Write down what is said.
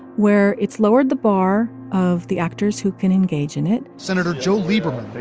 where it's lowered the bar of the actors who can engage in it senator joe lieberman,